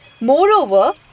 Moreover